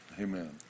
Amen